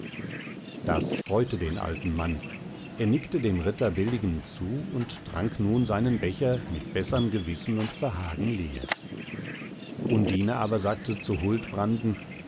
das freute den alten mann er nickte dem ritter billigend zu und trank nun seinen becher mit besserm gewissen und behagen leer undine aber sagte zu